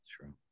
true